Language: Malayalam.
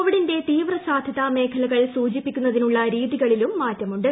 കോവിഡിന്റെ തീവ്രസാധ്യത മേഖലകൾ സൂചിപ്പിക്കുന്നതിനുള്ള രീതികളിലും മാറ്റമുണ്ട്